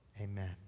Amen